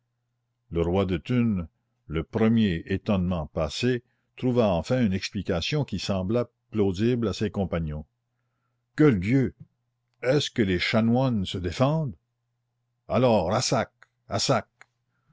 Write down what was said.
le roi de thunes le premier étonnement passé trouva enfin une explication qui sembla plausible à ses compagnons gueule dieu est-ce que les chanoines se défendent alors à sac à sac